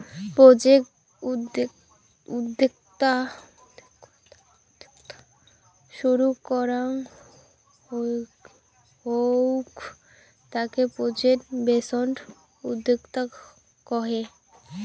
project উদ্যোক্তা শুরু করাঙ হউক তাকে প্রজেক্ট বেসড উদ্যোক্তা কহে